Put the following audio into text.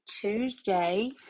Tuesday